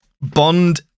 Bond